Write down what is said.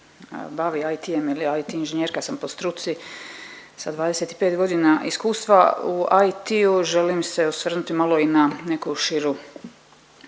bavi IT-em ili IT inženjerka sam po struci sa 25 godina iskustva u IT-u želim se osvrnuti i na malo neku širu